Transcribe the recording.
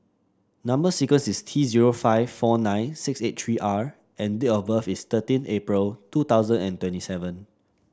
number sequence is T zero five four nine six eight three R and date of birth is thirteen April two thousand and twenty seven